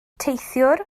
teithiwr